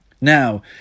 Now